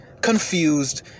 confused